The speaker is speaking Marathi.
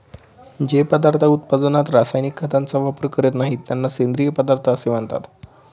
जे पदार्थ उत्पादनात रासायनिक खतांचा वापर करीत नाहीत, त्यांना सेंद्रिय पदार्थ असे म्हणतात